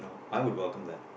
I would welcome that